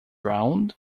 round